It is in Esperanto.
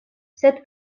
sed